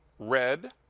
red,